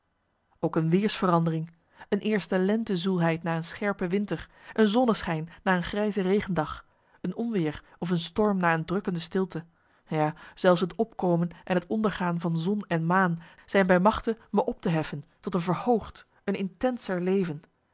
ook een weersverandering een eerste lentezoelheid na een scherpe winter een zonneschijn na een grijze regendag een onweer of een storm na een drukkende stilte ja zelfs het opkomen en het ondergaan van zon en maan zijn bij machte me op te heffen tot een verhoogd een intenser leven